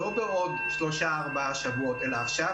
לא בעוד שלושה-ארבעה שבועות אלא עכשיו